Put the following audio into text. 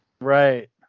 Right